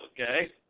okay